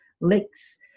licks